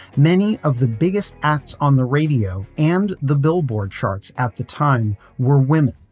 many of the biggest acts on the radio and the billboard charts at the time were women,